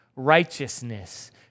righteousness